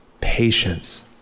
patience